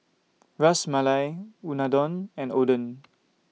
Ras Malai Unadon and Oden